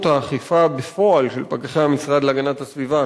האכיפה בפועל של פקחי המשרד להגנת הסביבה,